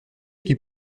qu’il